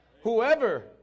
Whoever